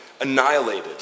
annihilated